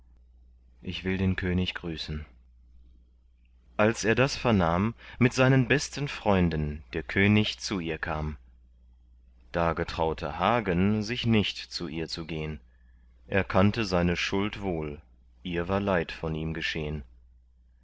ich will den könig grüßen als er das vernahm mit seinen besten freunden der könig zu ihr kam da getraute hagen sich nicht zu ihr zu gehn er kannte seine schuld wohl ihr war leid von ihm geschehn